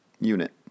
unit